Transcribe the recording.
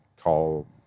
call